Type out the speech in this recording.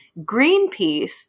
greenpeace